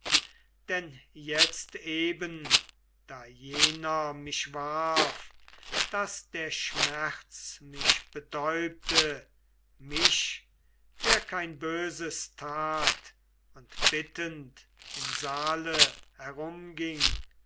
denn jetzt eben da jener mich warf daß der schmerz mich betäubte mich der kein böses tat und bittend im saale herum